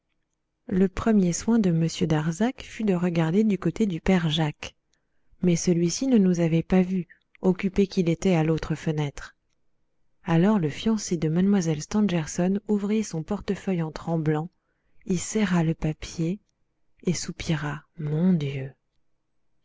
le premier soin de m darzac fut de regarder du côté du père jacques mais celui-ci ne nous avait pas vus occupé qu'il était à l'autre fenêtre alors le fiancé de mlle stangerson ouvrit son portefeuille en tremblant y serra le papier et soupira mon dieu